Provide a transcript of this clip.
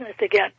again